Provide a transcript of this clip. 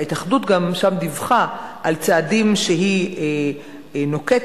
ההתאחדות גם דיווחה שם על צעדים שהיא נוקטת,